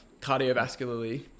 cardiovascularly